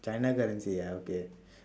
china currency ah okay